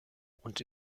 und